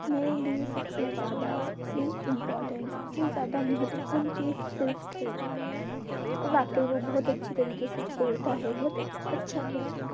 मेरे लिए सबसे ज़्यादा सबसे इम्पोर्टेन्ट सबसे ज़्यादा महत्वपूर्ण चीज़ सिर्फ खेल है और वाकई में बहुत अच्छी तरीके से खेलता है बहुत अच्छा खेलता है